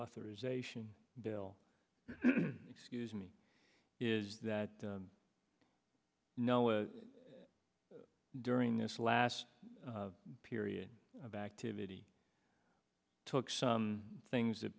uthorization bill excuse me is that no during this last period of activity took some things that